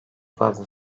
fazla